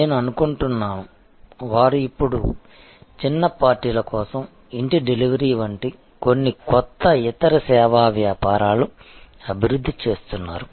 నేను అనుకుంటున్నాను వారు ఇప్పుడు చిన్న పార్టీల కోసం ఇంటి డెలివరీ వంటి కొన్ని కొత్త ఇతర సేవా వ్యాపారాలు అభివృద్ధి చేస్తున్నారు